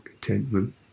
contentment